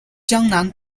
江南